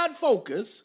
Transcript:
focus